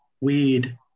weed